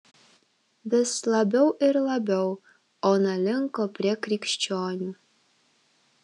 vis labiau ir labiau ona linko prie krikščionių